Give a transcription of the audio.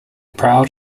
proud